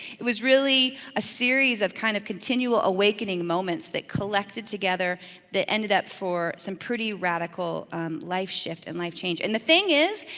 it was really a series of kind of continual awakening moments that collected together that ended up for some pretty radical life shift and life change. and the thing is,